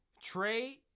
Trey